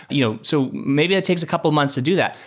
you know so maybe that takes a couple months to do that.